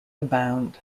abound